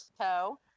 toe